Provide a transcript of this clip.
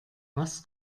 was